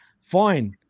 fine